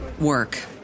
Work